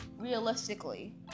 realistically